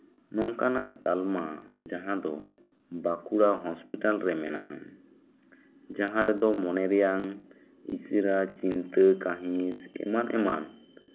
ᱱᱚᱝᱠᱟᱱᱟᱜ ᱛᱟᱞᱢᱟ ᱡᱟᱦᱟᱸ ᱫᱚ ᱵᱟᱸᱠᱩᱲᱟ ᱦᱚᱥᱯᱤᱴᱟᱞᱨᱮ ᱢᱮᱱᱱᱟᱜᱼᱟ ᱡᱟᱦᱟᱸ ᱨᱮᱫᱚ ᱢᱚᱱᱮ ᱨᱮᱭᱟᱝ ᱤᱥᱤᱨᱟ ᱪᱤᱱᱛᱟᱹ ᱠᱟᱹᱦᱤᱥ ᱮᱢᱟᱱ ᱮᱢᱟᱱ